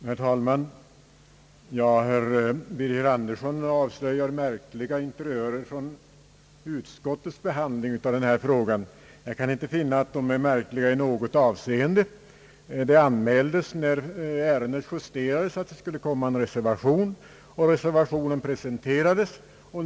Herr talman! Herr Birger Andersson tror sig avslöja märkliga interiörer från utskottets behandling av den här frågan. Jag kan inte finna att de är märkliga i något avseende. Det anmäldes, när ärendet justerades, att det skulle komma en reservation, och den presenterades sedermera.